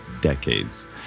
decades